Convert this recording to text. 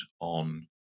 on